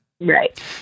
Right